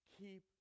Keep